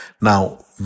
Now